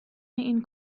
این